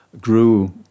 grew